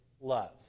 love